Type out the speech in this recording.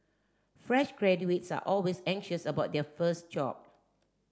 fresh graduates are always anxious about their first job